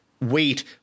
Wait